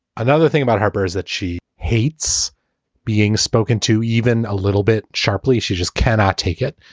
another thing about harper is that she hates being spoken to even a little bit sharply she just cannot take it.